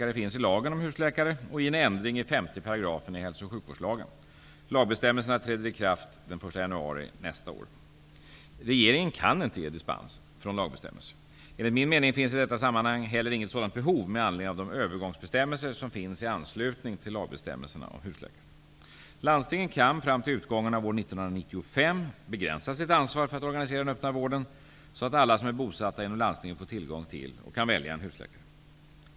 Regeringen kan inte ge dispens från lagbestämmelser. Enligt min mening finns i detta sammanhang heller inget sådant behov med anledning av de övergångsbestämmelser som finns i anslutning till lagbestämmelserna om husläkare. Landstingen kan fram till utgången av år 1995 begränsa sitt ansvar för att organisera den öppna vården så att alla som är bosatta inom landstinget får tillgång till och kan välja en husläkare.